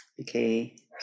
okay